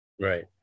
right